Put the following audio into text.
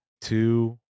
two